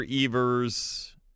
Evers